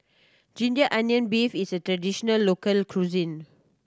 ginger onion beef is a traditional local cuisine